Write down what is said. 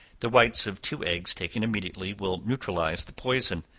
the whites of two eggs taken immediately will neutralize the poison,